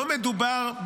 לא מדובר,